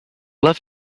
love